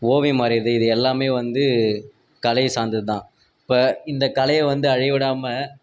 ஓவியம் வரையுறது இது எல்லாமே வந்து கலையை சார்ந்தது தான் இப்போ இந்த கலையை வந்து அழியவிடாமல்